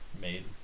made